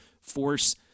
force